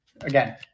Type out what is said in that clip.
Again